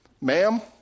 Ma'am